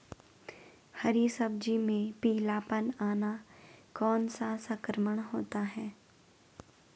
हरी सब्जी में पीलापन आना कौन सा संक्रमण होता है?